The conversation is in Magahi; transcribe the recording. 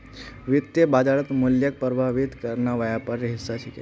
वित्तीय बाजारत मूल्यक प्रभावित करना व्यापारेर हिस्सा छिके